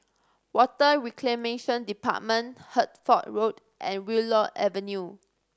Water Reclamation Department Hertford Road and Willow Avenue